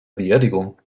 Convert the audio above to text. beerdigung